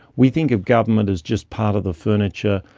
we think of government as just part of the furniture,